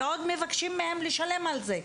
ועוד מבקשים מהן לשלם על זה.